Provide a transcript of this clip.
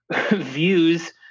views